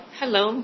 hello